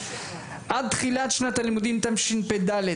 עד תחילת שנה"ל תשפ"ד,